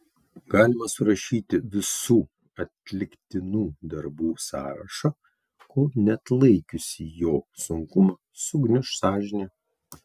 galima surašyti visų atliktinų darbų sąrašą kol neatlaikiusi jo sunkumo sugniuš sąžinė